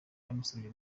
byamusabye